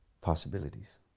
possibilities